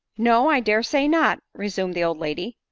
no, i dare say not, resumed the old lady,